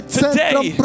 today